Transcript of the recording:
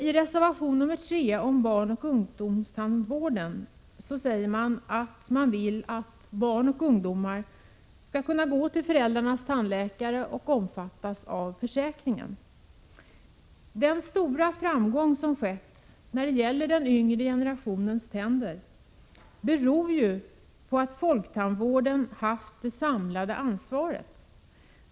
I reservation 3, om barnoch ungdomstandvården, säger reservanterna att de vill att barn och ungdomar skall kunna gå till föräldrarnas tandläkare och omfattas av försäkringen. Den stora framgång som skett när det gäller den yngre generationens tänder beror ju på att folktandvården har haft det samlade ansvaret.